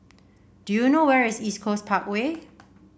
do you know where is East Coast Parkway